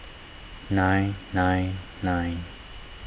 nine nine nine